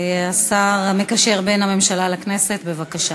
השר המקשר בין הממשלה לכנסת, בבקשה.